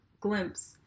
glimpse